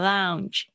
Lounge